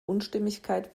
unstimmigkeit